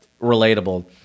relatable